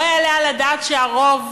לא יעלה על הדעת שהרוב